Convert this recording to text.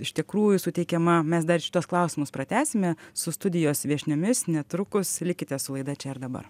iš tikrųjų suteikiama mes dar šituos klausimus pratęsime su studijos viešniomis netrukus likite su laida čia ir dabar